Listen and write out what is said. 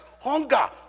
hunger